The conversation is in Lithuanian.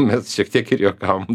mes šiek tiek ir juokavom